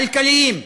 כלכליים וחברתיים,